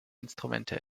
instrumente